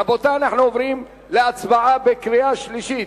רבותי, אנחנו עוברים להצבעה בקריאה שלישית.